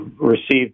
received